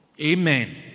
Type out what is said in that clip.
Amen